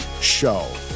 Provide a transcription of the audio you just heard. Show